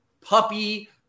puppy